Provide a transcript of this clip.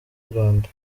rwanda